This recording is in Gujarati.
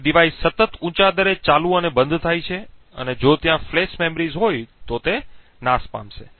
તેથી ડિવાઇસ સતત ઊંચા દરે ચાલુ અને બંધ થાય છે અને જો ત્યાં ફ્લેશ મેમરીઝ હોય તો તે નાશ પામશે